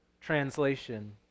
translation